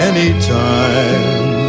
Anytime